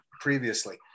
previously